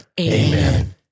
Amen